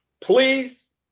Please